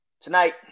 Tonight